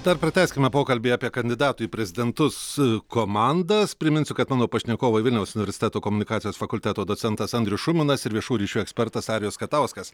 dar pratęskime pokalbį apie kandidatų į prezidentus komandas priminsiu kad mano pašnekovai vilniaus universiteto komunikacijos fakulteto docentas andrius šuminas ir viešųjų ryšių ekspertas arijus katauskas